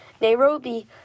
Nairobi